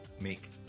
make